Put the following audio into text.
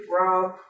rob